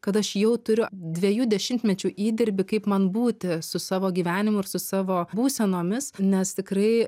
kad aš jau turiu dviejų dešimtmečių įdirbį kaip man būti su savo gyvenimu ir su savo būsenomis nes tikrai